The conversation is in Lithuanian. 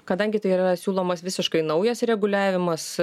kadangi tai yra siūlomas visiškai naujas reguliavimas